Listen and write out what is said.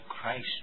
Christ